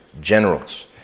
generals